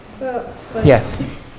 yes